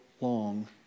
long